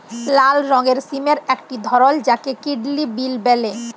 লাল রঙের সিমের একটি ধরল যাকে কিডলি বিল বল্যে